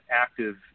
active